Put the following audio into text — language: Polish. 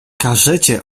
każecie